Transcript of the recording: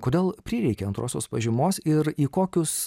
kodėl prireikė antrosios pažymos ir į kokius